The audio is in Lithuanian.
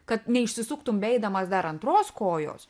kad neišsisuktum beeidamas dar antros kojos